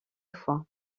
fois